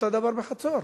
אותו הדבר בחצור,